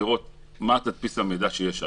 לראות מה תדפיס המידע שיש עליו.